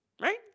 Right